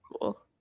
cool